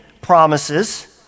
promises